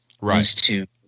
Right